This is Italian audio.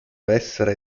essere